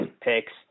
picks